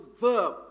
verb